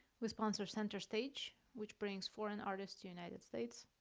we sponsor center stage, which brings foreign artists to united states,